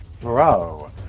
bro